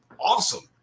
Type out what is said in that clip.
awesome